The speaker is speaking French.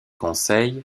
conseil